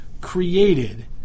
created